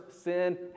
sin